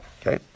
Okay